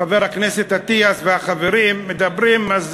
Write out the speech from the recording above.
חבר הכנסת אטיאס והחברים המדברים.